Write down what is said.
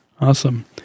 awesome